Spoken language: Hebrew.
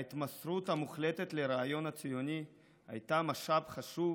ההתמסרות המוחלטת לרעיון הציוני הייתה משאב חשוב